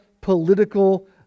political